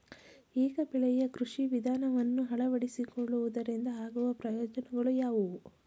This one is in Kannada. ಏಕ ಬೆಳೆಯ ಕೃಷಿ ವಿಧಾನವನ್ನು ಅಳವಡಿಸಿಕೊಳ್ಳುವುದರಿಂದ ಆಗುವ ಪ್ರಯೋಜನಗಳು ಯಾವುವು?